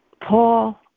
Paul